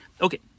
Okay